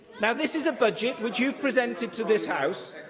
now, this is a budget, which you've presented to this house,